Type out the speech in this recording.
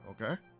Okay